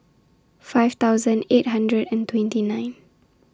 five thousand eight hundred and twenty nine